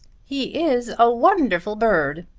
he is a wonderful bird,